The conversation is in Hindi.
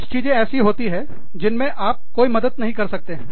कुछ चीजें ऐसी होती हैं जिनमें आप कोई मदद नहीं कर सकते हैं